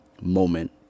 moment